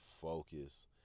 focus